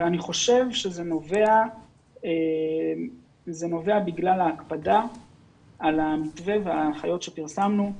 אני חושב שזה נובע בגלל ההקפדה על המתווה וההנחיות שפרסמנו.